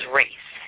race